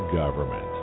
government